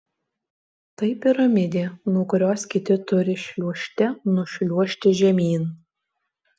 tai piramidė nuo kurios kiti turi šliuožte nušliuožti žemyn